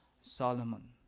Solomon